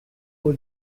for